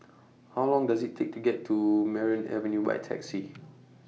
How Long Does IT Take to get to Merryn Avenue By Taxi